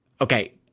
okay